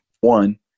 one